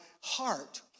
heart